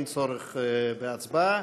אין צורך בהצבעה,